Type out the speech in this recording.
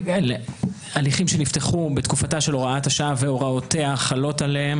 שהליכים שנפתחו בתקופתה של הוראת השעה והוראותיה חלות עליהם